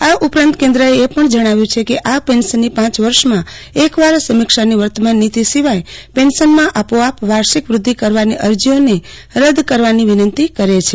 આ ઉપરાંત કેન્દ્રએ એ પણ જણાવ્યું છે કે આ પેન્શનની પાંચ વર્ષમાં એક વાર સમીક્ષાની વર્તમાન નીતી સિવાય પેન્શનમાં આપોઆપ વાર્ષિક વ્રદ્ધિ કરવાની અરજીઓને રદ કરવાની વિનંતી કરે છે